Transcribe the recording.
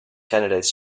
candidates